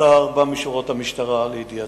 השר בא משורות המשטרה, לידיעתך.